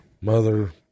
mother